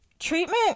Treatment